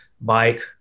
bike